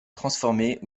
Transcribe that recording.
transformées